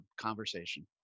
conversation